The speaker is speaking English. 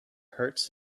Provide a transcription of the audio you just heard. hurts